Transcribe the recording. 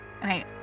Okay